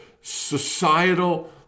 societal